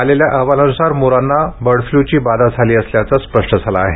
आलेल्या अहवालानुसार मोरांना बर्डफ्ल्यूची बाधा झाली असल्याचं स्पष्ट झालं आहे